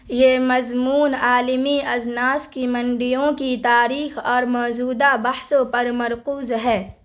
یہ مضمون عالمی اجناس کی منڈیوں کی تاریخ اور موزودہ بحثوں پر مرکوز ہے